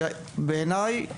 שבעיניי,